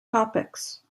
topics